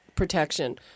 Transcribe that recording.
protection